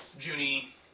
Junie